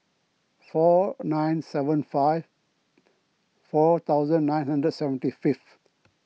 four nine seven five four thousand nine hundred seventy fifth